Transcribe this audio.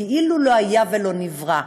וכאילו לא היה ולא נברא.